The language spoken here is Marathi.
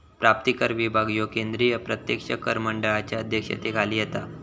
प्राप्तिकर विभाग ह्यो केंद्रीय प्रत्यक्ष कर मंडळाच्या अध्यक्षतेखाली येता